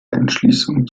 entschließung